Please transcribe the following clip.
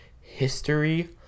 history